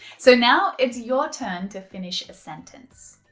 so now it's your turn to finish a sentence.